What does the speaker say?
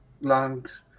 lungs